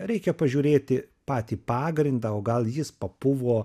reikia pažiūrėti patį pagrindą o gal jis papuvo